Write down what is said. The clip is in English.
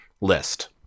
list